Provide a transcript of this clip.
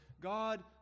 God